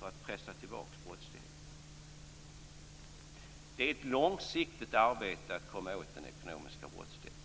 för att pressa tillbaka brottsligheten. Det är ett långsiktigt arbete att komma åt den ekonomiska brottsligheten.